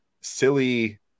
silly